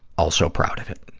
also proud of it.